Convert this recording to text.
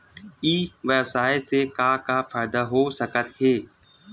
ई व्यवसाय से का का फ़ायदा हो सकत हे?